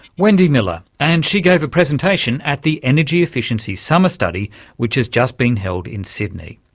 wendy miller, and she gave a presentation at the energy efficiency summer study which has just been held in sydney.